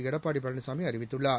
எடப்பாடி பழனிசாமி அறிவித்துள்ளார்